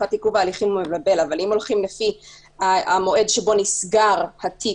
אם הולכים לפי המועד שבו נסגר התיק?